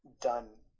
done